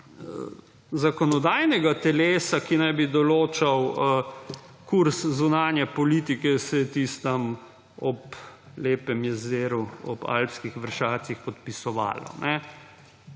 zakonodajnega telesa, ki naj bi določal kurz zunanje politike, se je tisto tam, ob lepem jezeru ob alpskih vršacih podpisovalo.